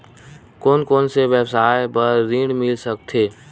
कोन कोन से व्यवसाय बर ऋण मिल सकथे?